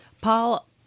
Paul